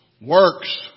Works